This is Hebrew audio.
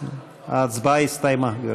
ההצבעה הסתיימה.